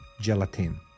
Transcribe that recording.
gelatin